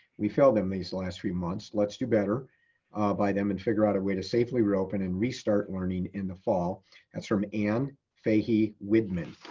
we failed them these last few months. let's do better by them and figure out a way to safely reopen and restart learning in the fall and that's from ann fahey widmann.